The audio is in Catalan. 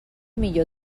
millor